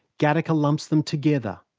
gattaca lumps them together,